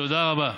תודה רבה.